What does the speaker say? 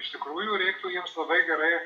iš tikrųjų reiktų jiems labai gerai